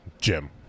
Jim